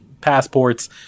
passports